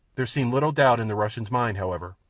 there seemed little doubt in the russian's mind, however,